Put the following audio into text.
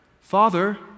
father